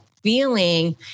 Feeling